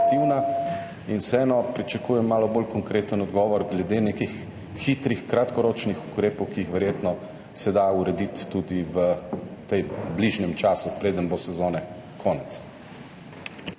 Vseeno pričakujem malo bolj konkreten odgovor glede nekih hitrih kratkoročnih ukrepov, ki se jih verjetno da urediti tudi v tem bližnjem času, preden bo sezone konec.